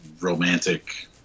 romantic